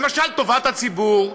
למשל טובת הציבור?